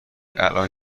الان